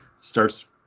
starts